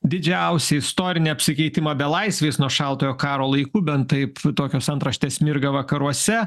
didžiausią istorinį apsikeitimą belaisviais nuo šaltojo karo laikų bent taip tokios antraštės mirga vakaruose